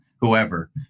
whoever